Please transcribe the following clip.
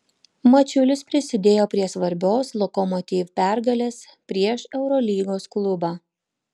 mačiulis prisidėjo prie svarbios lokomotiv pergalės prieš eurolygos klubą